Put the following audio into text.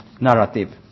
narrative